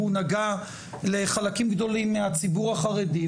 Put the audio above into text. כי הוא נגע לחלקים גדולים מהציבור החרדי.